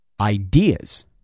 ideas